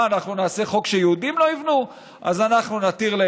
מה, אנחנו נעשה חוק שיהודים לא יבנו?